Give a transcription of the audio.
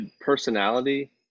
personality